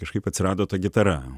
kažkaip atsirado ta gitara